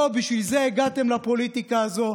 לא בשביל זה הגעתם לפוליטיקה הזאת,